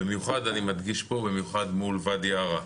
ובמיוחד אני מדגיש פה מול ואדי ערה.